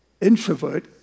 introvert